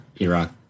Iraq